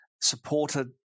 supported